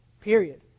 Period